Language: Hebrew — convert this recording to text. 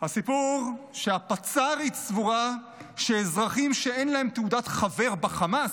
הסיפור שבו הפצ"רית סבורה שאזרחים שאין להם תעודת חבר בחמאס,